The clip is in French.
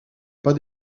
pas